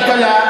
כלכלה,